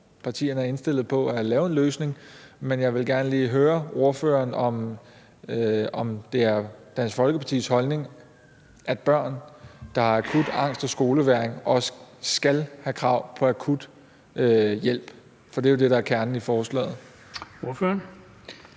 partierne er indstillet på at lave en løsning. Men jeg vil gerne lige høre ordføreren, om det er Dansk Folkepartis holdning, at børn, der har akut angst og skolevægring, også skal have krav på akut hjælp. Det er jo det, der er kernen i forslaget. Kl.